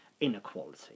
inequality